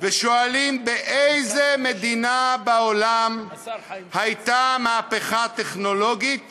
ושואלים באיזה מדינה בעולם הייתה מהפכה טכנולוגית